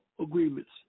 agreements